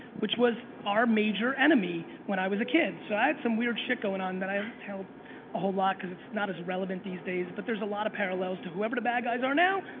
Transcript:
which was our major enemy when i was a kid, so i had some weird shit going on that i don't tell a whole lot cause it's not as relevant these days, but there's a lot of parallels to whoever the bad guys are now,